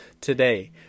today